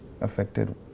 affected